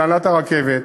מהנהלת הרכבת,